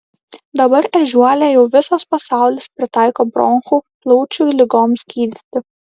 dabar ežiuolę jau visas pasaulis pritaiko bronchų plaučių ligoms gydyti